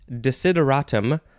Desideratum